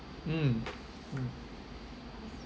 mm mm